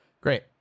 Great